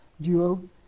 duo